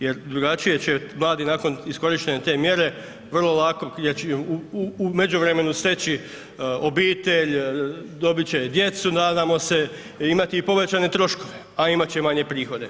Jer drugačije će mladi nakon iskorištene te mjere, vrlo lako u međuvremenu steći obitelj, dobit će djecu nadamo se, imati i povećane troškove, a imat će manje prihode.